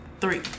three